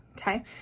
Okay